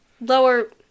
lower